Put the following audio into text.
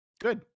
Good